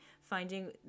finding